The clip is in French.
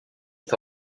est